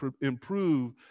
improve